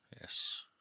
yes